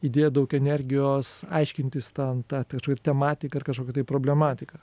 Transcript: įdėję daug energijos aiškintis ten tą kažkokią tematiką ar kažkokią tai problematiką